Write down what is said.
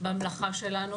במלאכה שלנו,